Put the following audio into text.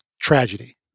tragedy